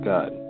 God